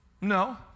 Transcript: No